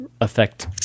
affect